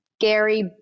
Gary